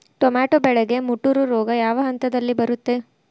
Tomato ಬೆಳೆಗೆ ಮುಟೂರು ರೋಗ ಯಾವ ಹಂತದಲ್ಲಿ ಬರುತ್ತೆ?